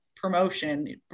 promotion